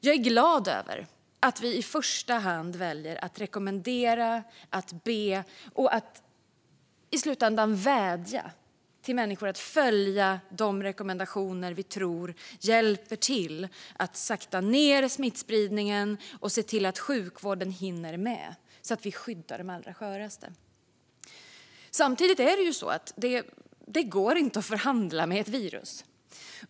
Jag är glad över att vi i första hand väljer att rekommendera människor, och i slutändan vädjar till dem, att följa de rekommendationer vi tror saktar ned smittspridningen och gör att sjukvården hinner med, så att vi skyddar de allra sköraste. Samtidigt går det inte att förhandla med ett virus.